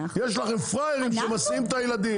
יש לכם פראיירים שמסיעים את הילדים.